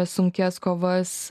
sunkias kovas